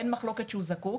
אין מחלוקת שהוא זקוק.